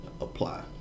apply